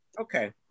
Okay